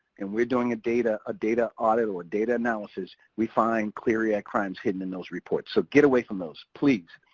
and we're doing a ah data audit, or data analysis, we find clery act crimes hidden in those reports. so get away from those, please.